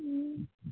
మ్మ్